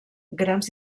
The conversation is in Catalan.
grans